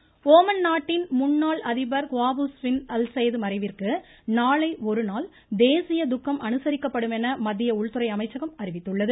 மறைவு ஓமன் நாட்டின் முன்னாள் அதிபர் குவாபூஸ் பின் அல்செய்டு மறைவிந்கு நாளை ஒரு நாள் தேசிய துக்கம் அனுசரிக்கப்படும் என மத்திய உள்துறை அமைச்சகம் அறிவித்துள்ளது